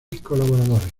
colaboradores